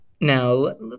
Now